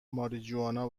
ماریجوانا